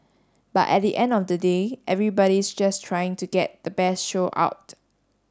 but at the end of the day everybody's just trying to get the best show out